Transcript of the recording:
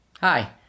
Hi